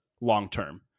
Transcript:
long-term